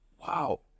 Wow